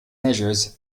measures